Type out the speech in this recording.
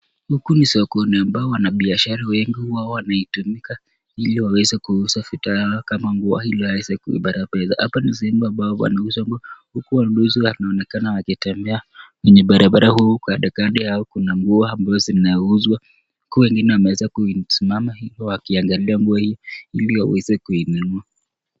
Huku ni sokoni ambapo wanabiashara wengi huwa wanaitumika ili waweze kuuza vitu yao kama nguo ili waweze kuipata pesa. Hapa ni sehemu ambapo wanauza nguo huku wanunuzi wanaonekana wakitembea kwenye barabara huku kando kando yao kuna nguo ambazo zinauzwa. Huku wengine wameweza kusimama hivi wakiangalia nguo hiyo ili waweze kuinunua.